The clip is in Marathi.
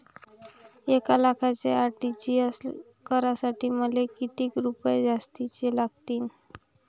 एक लाखाचे आर.टी.जी.एस करासाठी मले कितीक रुपये जास्तीचे लागतीनं?